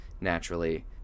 naturally